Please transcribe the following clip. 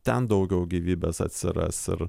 ten daugiau gyvybės atsiras ir